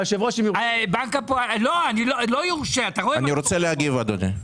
אני רוצה להגיב אדוני.